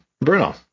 Bruno